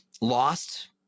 lost